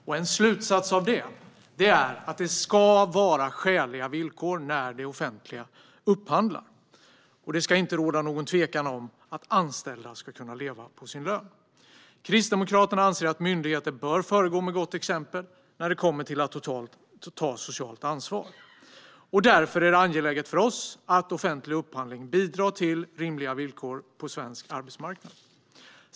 En slutsats av det är att det ska vara skäliga villkor när det offentliga upphandlar. Det ska inte råda någon tvekan om att anställda ska kunna leva på sin lön. Kristdemokraterna anser att myndigheter bör föregå med gott exempel när det kommer till att ta socialt ansvar. Därför är det angeläget för oss att offentlig upphandling bidrar till rimliga villkor på svensk arbetsmarknad.